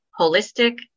holistic